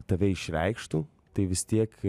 tave išreikštų tai vis tiek